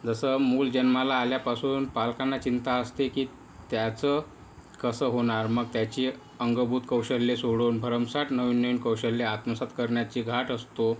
जसं मूल जन्माला आल्यापासून पालकांना चिंता असते की त्याचं कसं होणार मग त्याची अंगभूत कौशल्ये सोडून भरमसाठ नवीन नवीन कौशल्ये आत्मसात करण्याची घाट असतो